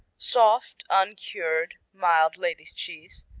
soft, uncured, mild ladies' cheese,